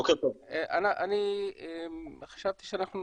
אני חשבתי שאנחנו